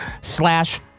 slash